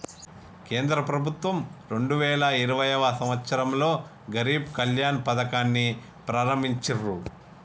కేంద్ర ప్రభుత్వం రెండు వేల ఇరవైయవ సంవచ్చరంలో గరీబ్ కళ్యాణ్ పథకాన్ని ప్రారంభించిర్రు